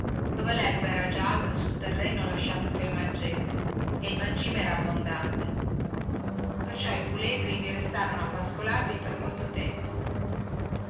dove lerba era già alta sul terreno lasciato pel maggese e il mangime era abbondante perciò i puledri vi restarono a pascolarvi per molto tempo